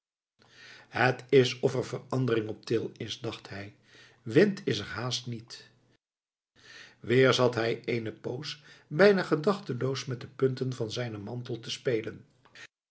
het is of er verandering op til is dacht hij wind is er haast niet weer zat hij eene poos bijna gedachteloos met de punten van zijnen mantel te spelen